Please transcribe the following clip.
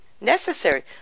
necessary